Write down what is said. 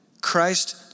Christ